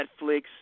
Netflix